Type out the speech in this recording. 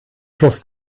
schluss